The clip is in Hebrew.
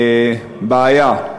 בעיה.